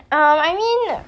um I mean